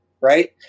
right